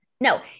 No